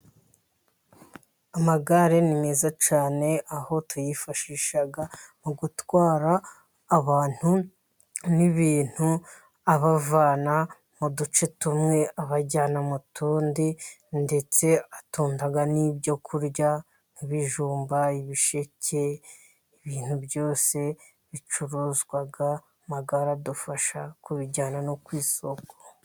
Amagare ni meza cyane, aho tuyifashisha mu gutwara abantu n'ibintu, abavana mu duce tumwe abajyana mu tundi, ndetse atunda n'ibyo kurya: ibijumba, ibisheke. Ibintu byose bicuruuruzwa amagare adufasha kubijyana no ku isoko.